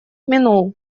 минул